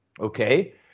okay